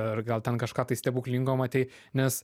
ar gal ten kažką tai stebuklingo matei nes